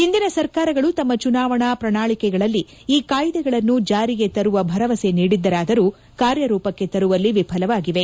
ಹಿಂದಿನ ಸರ್ಕಾರಗಳು ತಮ್ನ ಚುನಾವಣಾ ಪ್ರಣಾಳಕೆಗಳಲ್ಲಿ ಈ ಕಾಯ್ಲೆಗಳನ್ನು ಜಾರಿಗೆ ತರುವ ಭರವಸೆ ನೀಡಿದ್ದವಾದರೂ ಕಾರ್ಯರೂಪಕ್ಕೆ ತರುವಲ್ಲಿ ವಿಫಲವಾಗಿವೆ